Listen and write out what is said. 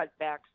cutbacks